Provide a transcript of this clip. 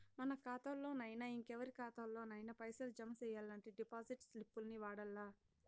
మన కాతాల్లోనయినా, ఇంకెవరి కాతాల్లోనయినా పైసలు జమ సెయ్యాలంటే డిపాజిట్ స్లిప్పుల్ని వాడల్ల